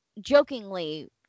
jokingly